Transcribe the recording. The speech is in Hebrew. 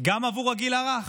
גם עבור הגיל הרך.